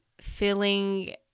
feeling